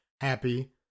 happy